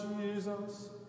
Jesus